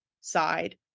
side